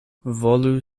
volu